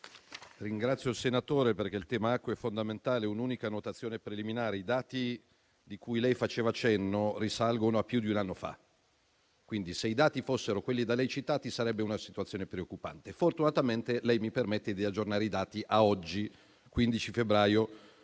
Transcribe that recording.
Ringrazio il senatore Nave perché il tema acqua è fondamentale. Un'unica annotazione preliminare: i dati cui lei faceva cenno risalgono a più di un anno fa. Quindi, se i dati fossero quelli da lei citati, sarebbe una situazione preoccupante. Fortunatamente, lei mi permette di aggiornare i dati a oggi, 15 febbraio